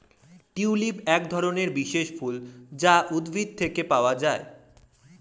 tulip একধরনের বিশেষ ফুল যা উদ্ভিদ থেকে পাওয়া যায়